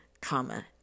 comma